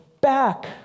back